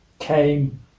came